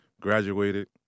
graduated